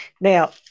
Now